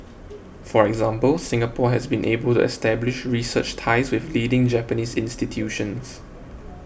for example Singapore has been able to establish research ties with leading Japanese institutions